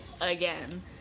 again